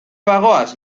bagoaz